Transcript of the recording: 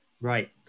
Right